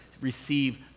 receive